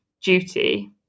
duty